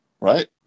Right